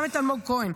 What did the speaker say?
גם את אלמוג כהן,